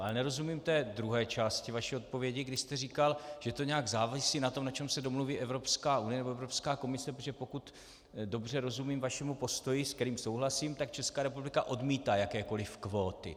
Ale nerozumím té druhé části vaší odpovědi, kdy jste říkal, že to nějak závisí na tom, na čem se domluví Evropská unie nebo Evropská komise, protože pokud dobře rozumím vašemu postoji, se kterým souhlasím, tak Česká republika odmítá jakékoliv kvóty.